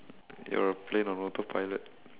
you're a plane on autopilot